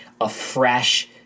afresh